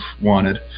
wanted